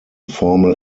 formal